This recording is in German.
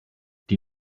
die